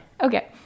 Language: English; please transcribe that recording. Okay